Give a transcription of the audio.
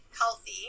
healthy